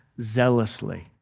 zealously